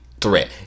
threat